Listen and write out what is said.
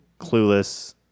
clueless